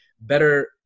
better